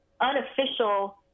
unofficial